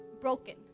broken